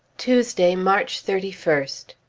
tuesday, march thirty first.